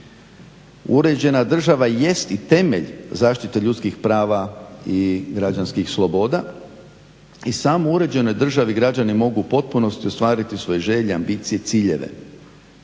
Uređena država jest i temelj zaštite ljudskih prava i građanskih sloboda i samo u uređenoj državi građani mogu u potpunosti ostvariti svoje želje, ambicije i ciljeve.